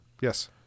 Yes